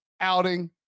outing